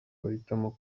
bahitamo